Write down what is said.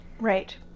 Right